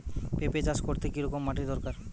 পেঁপে চাষ করতে কি রকম মাটির দরকার?